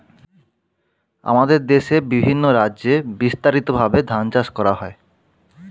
আমাদের দেশে বিভিন্ন রাজ্যে বিস্তারিতভাবে ধান চাষ করা হয়